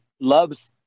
loves